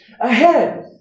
ahead